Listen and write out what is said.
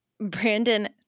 Brandon